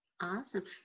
Awesome